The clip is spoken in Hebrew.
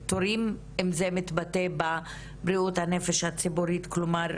- כמו שמתבטא בעניין של בריאות הנפש בחוץ,